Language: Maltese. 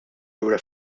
lura